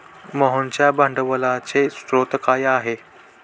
मोहनच्या भांडवलाचे स्रोत काय आहे?